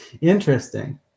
Interesting